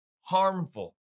harmful